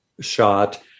shot